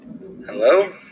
Hello